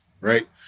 right